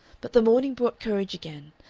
but the morning brought courage again,